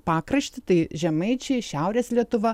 pakraštį tai žemaičiai šiaurės lietuva